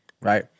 right